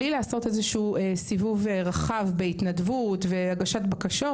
בלי לעשות איזשהו סיבוב רחב בהתנדבות והגשת בקשות,